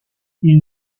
ils